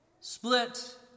split